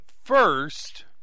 first